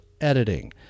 editing